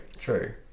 True